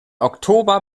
oktober